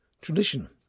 tradition